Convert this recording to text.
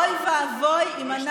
אוי ואבוי אם,